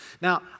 Now